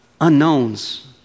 unknowns